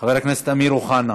חבר הכנסת אמיר אוחנה,